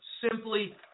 simply